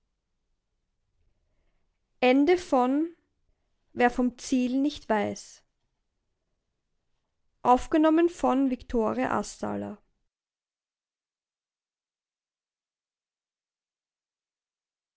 wer vom ziel nicht weiß